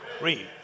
Read